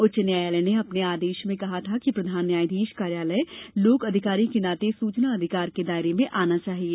उच्च न्यायालय ने अपने आदेश में कहा था कि प्रधान न्यायाधीश कार्यालय लोक अधिकारी के नाते सुचना अधिकार के दायरे में आना चाहिये